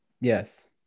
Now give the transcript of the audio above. yes